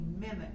mimic